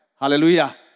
Hallelujah